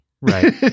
right